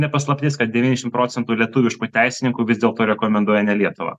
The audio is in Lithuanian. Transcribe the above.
ne paslaptis kad devyniasdešim procentų lietuviškų teisininkų vis dėlto rekomenduoja ne lietuvą